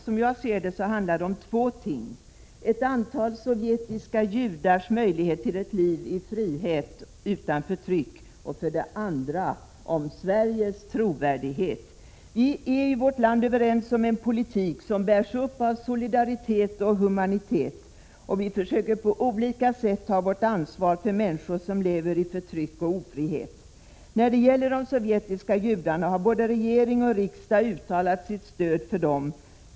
Som jag ser det handlar denna fråga om två ting: för det första om ett antal sovjetiska judars möjlighet till ett liv i frihet utan förtryck och för det andra om Sveriges trovärdighet. Vi är i vårt land överens om en politik som bärs upp av solidaritet och humanitet. Vi försöker på olika sätt ta vårt ansvar för människor som lever i förtryck och ofrihet. Både regering och riksdag har uttalat sitt stöd för de sovjetiska judarna.